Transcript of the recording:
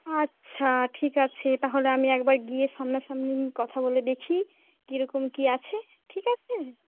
আচ্ছা ঠিক আছে তাহলে আমি একবার গিয়ে সামনাসামনি কথা বলে দেখি কীরকম কী আছে ঠিক আছে